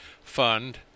fund